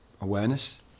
awareness